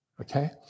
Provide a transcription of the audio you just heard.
okay